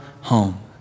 home